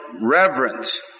reverence